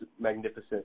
magnificent